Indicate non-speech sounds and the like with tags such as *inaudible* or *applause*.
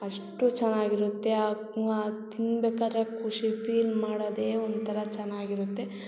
ಅಷ್ಟು ಚೆನ್ನಾಗಿರುತ್ತೆ *unintelligible* ಅದು ತಿನ್ಬೇಕಾರೆ ಖುಷಿ ಫೀಲ್ ಮಾಡದೇ ಒಂಥರ ಚೆನ್ನಾಗಿರುತ್ತೆ